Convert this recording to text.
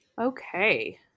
Okay